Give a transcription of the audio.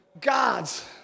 God's